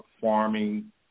farming